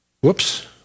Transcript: Whoops